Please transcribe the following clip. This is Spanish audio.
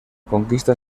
conquista